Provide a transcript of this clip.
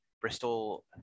Bristol